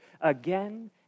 again